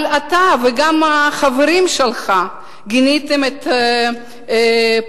אבל אתה וגם החברים שלך גיניתם את פעילות